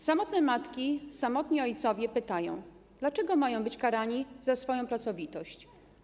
Samotne matki, samotni ojcowie pytają, dlaczego mają być karani za swoją pracowitość.